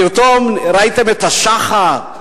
פתאום ראיתם את השחר?